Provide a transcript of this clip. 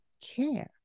care